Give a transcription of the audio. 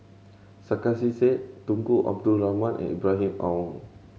Sarkasi Said Tunku Abdul Rahman and Ibrahim Awang